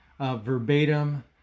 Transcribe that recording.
Verbatim